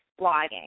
blogging